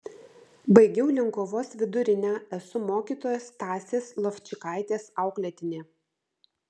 baigiau linkuvos vidurinę esu mokytojos stasės lovčikaitės auklėtinė